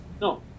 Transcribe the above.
No